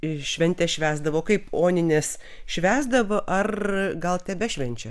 ir šventes švęsdavo kaip onines švęsdavo ar gal tebešvenčia